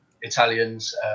Italians